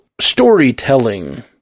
storytelling